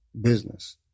business